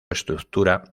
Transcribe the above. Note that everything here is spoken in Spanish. estructura